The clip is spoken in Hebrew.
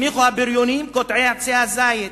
הצמיחו את הבריונים קוטעי עצי הזית.